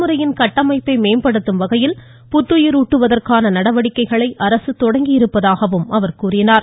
முறையின் கட்டமைப்பை மேம்படுத்தும் வகையில் புத்துயிர் கல்வி ஊட்டுவதற்கான நடவடிக்கைகளை அரசு தொடங்கியிருப்பதாக அவர் கூறினார்